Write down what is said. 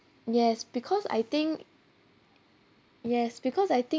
yes because I think yes because I think even